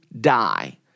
die